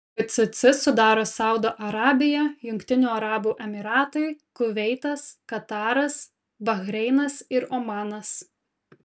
gcc sudaro saudo arabija jungtinių arabų emyratai kuveitas kataras bahreinas ir omanas